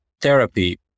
therapy